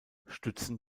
stützen